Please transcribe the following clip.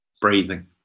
breathing